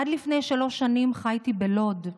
עד לפני שלוש שנים חייתי בלוד.